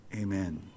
Amen